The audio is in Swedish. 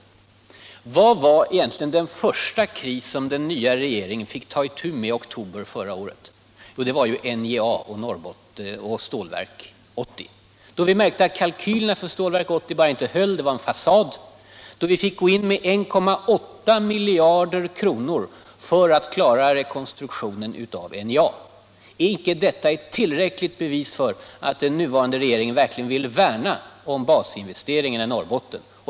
Men vilken var egentligen den första kris som den nya regeringen fick ta itu med i oktober förra året? Jo, det var ju NJA och Stålverk 80! Vi märkte att kalkylerna för Stålverk 80 bara inte höll, utan var en fasad. Och vi fick gå in med 1,8 miljarder kronor för att klara rekonstruktionen av NJA. Är inte det ett tillräckligt bevis för att den nuvarande regeringen verkligen vill värna om basinvesteringarna i Norrbotten?